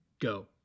go